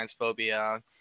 transphobia